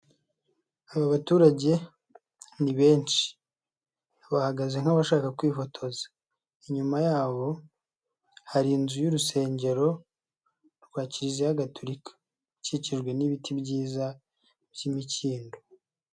Aba baturage ni benshi. Bahagaze nk'abashaka kwifotoza. Inyuma yabo hari inzu y'urusengero rwa kiriziya Gatolika, ikikijwe n'ibiti byiza by'imikindo.